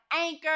Anchor